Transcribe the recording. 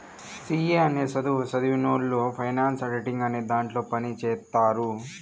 C A అనే సధువు సదివినవొళ్ళు ఫైనాన్స్ ఆడిటింగ్ అనే దాంట్లో పని చేత్తారు